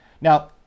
Now